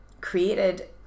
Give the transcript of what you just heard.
created